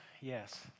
Yes